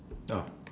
ah